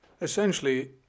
Essentially